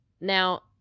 Now